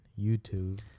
YouTube